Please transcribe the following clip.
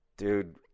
Dude